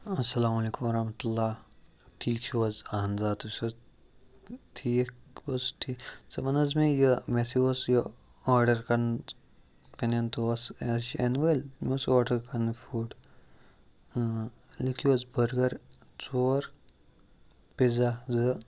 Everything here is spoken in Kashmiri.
اَسلام علیکُم وَرحمتہ اللہ ٹھیٖک چھُو حظ اہن حظ آ تُہۍ چھُو حظ ٹھیٖک بَس ٹھیٖک ژٕ وَن حظ مےٚ یہِ مےٚ ہاسے اوس یہِ آرڈَر کَرُن پنٛنٮ۪ن دوس یہِ حظ چھِ یِنہٕ وٲلۍ مےٚ اوس آرڈَر کَرُن فُڈ لیٚکھِو حظ بٔرگَر ژور پِزا زٕ